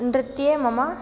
नृत्ये मम